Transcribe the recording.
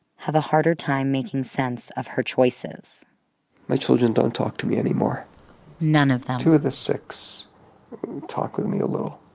have a harder time making sense of her choices my children don't talk to me anymore none of them? two of the six talk with me a little